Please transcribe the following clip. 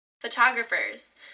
photographers